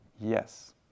yes